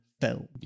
film